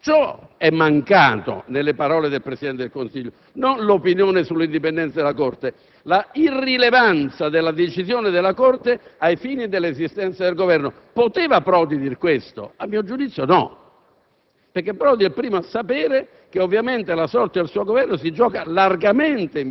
non sono tali da modificare l'orientamento del Governo nei confronti della Corte costituzionale. Questo è mancato nelle parole del Presidente del Consiglio, non l'opinione sull'indipendenza della Corte, ma la irrilevanza della decisione della Corte ai fini dell'esistenza del Governo. Poteva Prodi dir questo? A mio giudizio no,